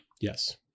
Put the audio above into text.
Yes